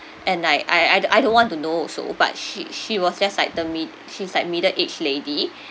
and I I I don~ I don't want to know also but she she was just like the mid~ she's like middle aged lady